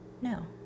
no